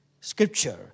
Scripture